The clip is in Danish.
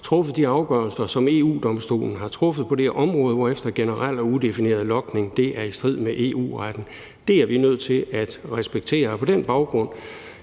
truffet de afgørelser, som EU-Domstolen har truffet på det her område, hvorefter generel og udefineret logning er i strid med EU-retten. Det er vi nødt til at respektere,